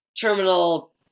terminal